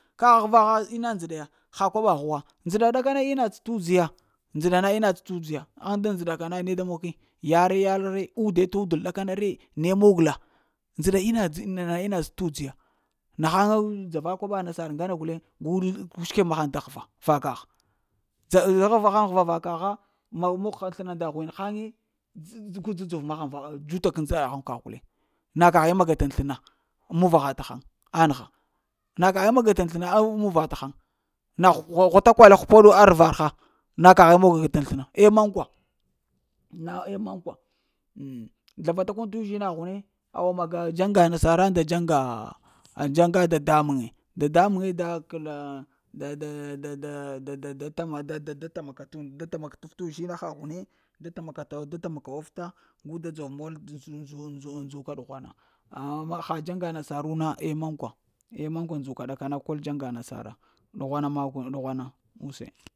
Kaghfa həva ina ndzəɗa ya ha kwaɓaghwa, ndzeɗa ɗaka na ina dzə t'udz ya, ndzeɗa ina dzə t'udzə ya ŋ daŋ ndzəŋa ka na ne da mog ki yare-yarəl re ude-t'udale ɗakanare, ne mog la ndzeɗa ina, zle t'udze ya, neghaŋ eh dzara koɓa nasar ŋgane guleŋ gol kor mahaŋ da ghra va kagh zər tsahab haŋ həva va kagha na mog, haŋ sləna nda hil haŋge gu da dzor mahaŋ t' ndzəɗa haŋ kagh guleŋ. Na kaghe maga taŋ sləna muvagha taghaŋ anagha na kaghe maga tan ana ghətakwal ghəpoɗ haŋ arvar haŋ, na kaghe maga tay sləna, eh mankwa na eh mankwa mm. Zlavatakini uzhina ghini awa maga taŋ dzaŋga nasara nda dzaŋgaah a dzaŋga dada muŋe dadamuŋe da kla dada dah, da-da-da-da dah da takama t'undu da takama t'uzhina hune da takame da ta ka mauwuf ta da dzov mol ndzu-ndzu ndzuka ɗughwana, amma ha dzaŋga nasaru na eh mankwa eh mankwa ndzuka ɗakana kol dzaŋga na sava, ɗughwana makkun dughuna use.